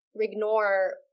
ignore